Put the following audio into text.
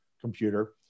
computer